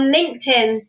LinkedIn